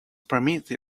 permitted